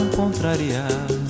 contrariar